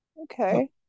Okay